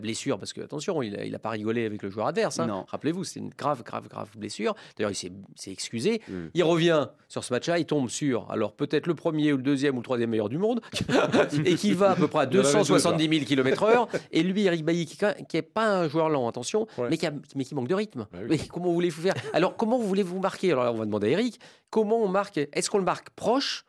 blessure, parce que, attention, il a- il a pas rigolé avec le joueur adverse, hein. Non. Rappelez-vous, c'est une grave, grave, grave blessure. D'ailleurs, il s'est- s'est excusé. Mm. Il revient sur ce match-là, il tombe sur, alors, peut-être le premier ou le deuxième ou le troisième meilleur du monde. Et qui va à peu près à 270 000 km/h. Et lui, Eric Bailly, qui est quand- qui est pas un joueur lent, attention, Ouais. mais qui a- mais qui manque de rythme. Bah oui. Mais comment voulez-vous faire ? Alors, comment voulez-vous marquer ? Alors, on va demander à Eric, comment on marque ? Est-ce qu'on le marque proche